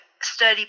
sturdy